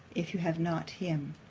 if you have not him.